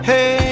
Hey